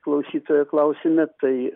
klausytojo klausime tai